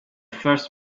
first